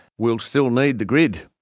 will still need the grid,